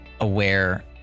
aware